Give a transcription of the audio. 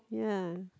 ya